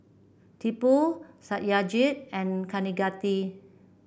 Tipu Satyajit and Kaneganti